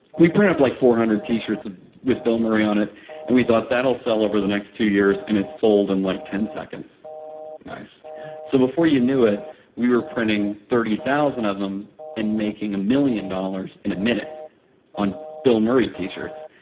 we printed up like four hundred t-shirts ah with bill murray on it and we thought, that'll sell over the next two years, and it sold in and like ten seconds nice so, before you knew it we were printing thirty thousand of them and making a million dollars in a minute on bill murray t-shirts.